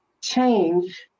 change